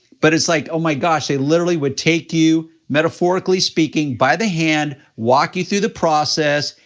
but it's like, oh my gosh, they literally would take you, metaphorically speaking, by the hand, walk you through the process,